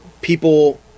people